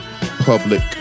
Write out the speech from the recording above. Public